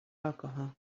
alcohol